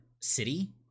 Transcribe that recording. City*